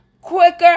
quicker